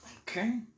Okay